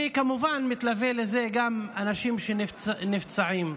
וכמובן מתלווים לזה גם אנשים שנפצעים.